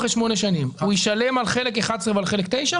הוא ישלם על חלק 11 ועל חלק 9?